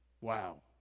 Wow